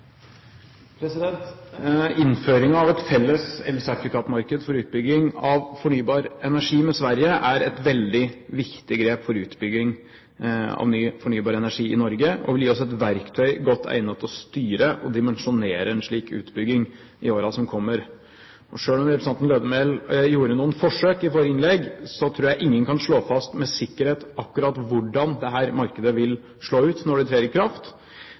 et veldig viktig grep for utbygging av ny fornybar energi i Norge og vil gi oss et verktøy godt egnet til å styre og dimensjonere en slik utbygging i årene som kommer. Selv om representanten Lødemel gjorde noen forsøk i forrige innlegg, tror jeg ingen kan slå fast med sikkerhet akkurat hvordan dette markedet vil slå ut når det trer i kraft.